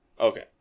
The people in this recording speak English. okay